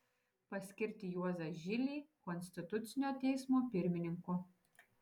paskirti juozą žilį konstitucinio teismo pirmininku